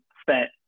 Spent